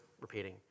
repeating